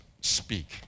speak